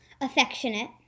affectionate